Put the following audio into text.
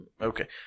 Okay